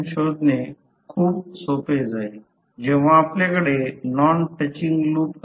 आणि इथे याच्या आसपास दुसरी कॉइल नाही